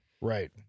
right